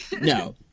no